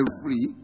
free